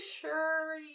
sure